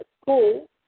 school